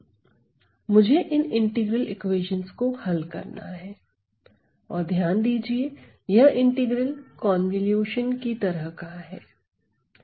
मुझे इन integral equations को हल करना है और ध्यान दीजिए यह इंटीग्रल कन्वॉल्यूशन की तरह का है